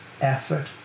effort